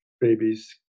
babies